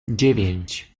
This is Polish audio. dziewięć